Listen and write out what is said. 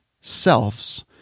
selves